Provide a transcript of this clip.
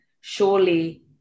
surely